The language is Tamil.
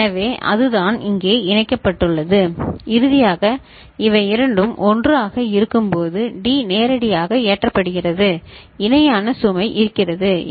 எனவே அதுதான் இங்கே இணைக்கப்பட்டுள்ளது இறுதியாக இவை இரண்டும் 1 ஆக இருக்கும்போது டி நேரடியாக ஏற்றப்படுகிறது இணையான சுமை இருக்கிறது அது சரி